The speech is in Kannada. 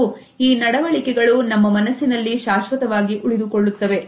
ಹಾಗೂ ಈ ನಡವಳಿಕೆಗಳು ನಮ್ಮ ಮನಸ್ಸಿನಲ್ಲಿ ಶಾಶ್ವತವಾಗಿ ಉಳಿದುಕೊಳ್ಳುತ್ತವೆ